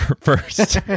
first